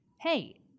hey